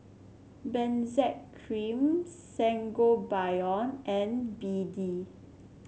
Benzac Cream Sangobion and B D